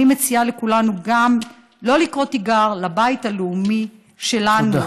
אני מציעה לכולנו גם לא לקרוא תיגר על הבית הלאומי שלנו,